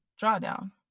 Drawdown